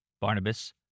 Barnabas